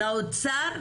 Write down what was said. לאוצר,